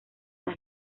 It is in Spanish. las